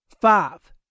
five